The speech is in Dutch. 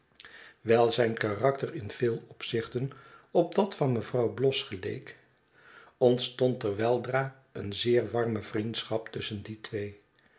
zijn karakter in veel opzichten op dat van mevrouw bloss geleek ontstond er weldra een zeer warme vriendschap tusschen die twee